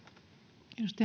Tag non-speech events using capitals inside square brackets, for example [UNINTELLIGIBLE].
arvoisa [UNINTELLIGIBLE]